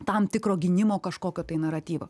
tam tikro gynimo kažkokio tai naratyvo